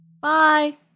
bye